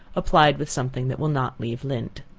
applied with something that will not leave lint.